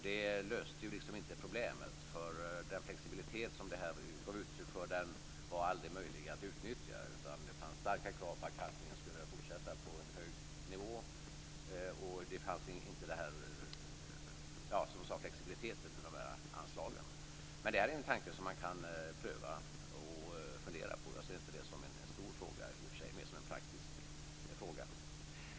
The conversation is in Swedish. Det löste ju liksom inte problemet, för den flexibilitet som konstruktionen gav uttryck för var aldrig möjlig att utnyttja. Det fanns starka krav på att kalkningen skulle fortsätta på en hög nivå. Det fanns, som jag sade, ingen flexiblitet i anslagen. Men det är en tanke som man kan pröva och fundera på. Jag ser det i och för sig inte som en stor fråga utan mer som en praktisk fråga.